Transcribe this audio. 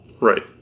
Right